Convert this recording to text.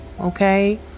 Okay